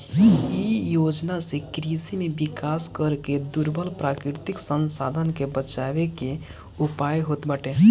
इ योजना से कृषि में विकास करके दुर्लभ प्राकृतिक संसाधन के बचावे के उयाय होत बाटे